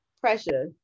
pressure